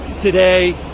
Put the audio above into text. today